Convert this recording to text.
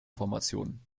formation